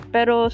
Pero